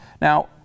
Now